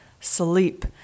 sleep